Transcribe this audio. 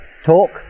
talk